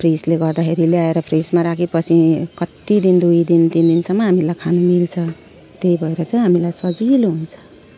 फ्रिजले गर्दाखेरि ल्याएर फ्रिजमा राखे पछि कति दिन दुई दिन तिन दिनसम्म हामीलाई खानु दिन्छ त्यही भएर चाहिँ हामीलाई सजिलो हुन्छ